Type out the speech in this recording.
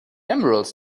emerald